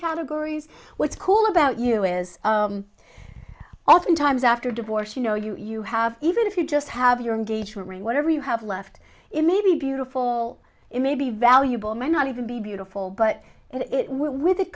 categories what's cool about you is often times after divorce you know you have even if you just have your engagement ring whatever you have left it may be beautiful it may be valuable may not even be beautiful but it wi